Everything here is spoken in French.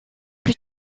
plus